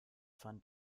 fand